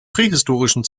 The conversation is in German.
prähistorischen